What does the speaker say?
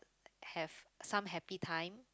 have some happy time